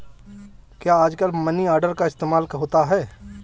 क्या आजकल money order का इस्तेमाल होता है?